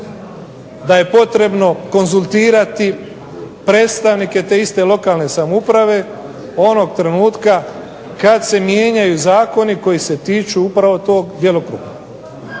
da je potrebno konzultirati predstavnike te iste lokalne samouprave onog trenutka kad se mijenjaju zakoni koji se tiču upravo tog djelokruga.